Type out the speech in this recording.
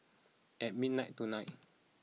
at midnight tonight